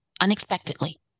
unexpectedly